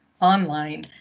online